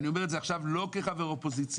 אני אומר את זה עכשיו לא כחבר אופוזיציה,